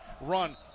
run